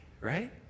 right